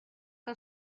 que